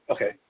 Okay